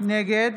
נגד